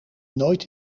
nooit